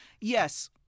yes